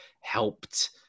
helped